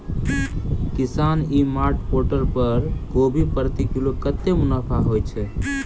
किसान e mart portal पर कोबी प्रति किलो कतै मुनाफा होइ छै?